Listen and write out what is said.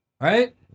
Right